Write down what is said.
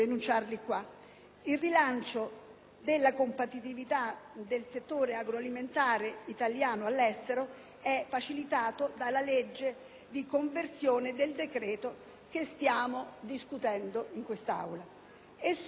Il rilancio della competitività del settore agroalimentare italiano all'estero è facilitato dalla legge di conversione del decreto che stiamo discutendo in Aula.